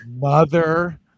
Mother